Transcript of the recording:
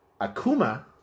Akuma